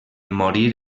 morir